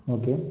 okay